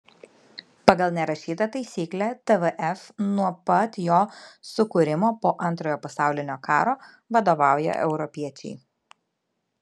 pagal nerašytą taisyklę tvf nuo pat jo sukūrimo po antrojo pasaulinio karo vadovauja europiečiai